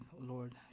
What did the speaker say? Lord